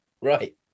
right